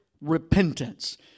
repentance